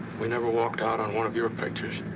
we never walked out on one of your pictures.